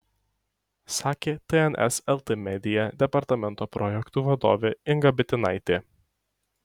sakė tns lt media departamento projektų vadovė inga bitinaitė